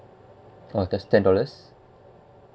uh that's ten dollars